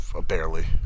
barely